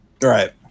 right